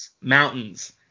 Mountains